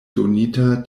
donita